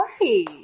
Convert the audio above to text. Right